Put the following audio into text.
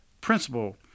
principle